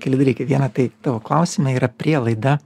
keli dalykai viena tai tavo klausime yra prielaida